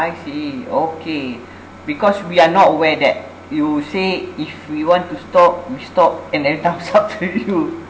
I see okay because we are not aware that you say if we want to stop we stop and then thumbs up to you